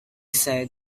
said